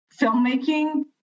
filmmaking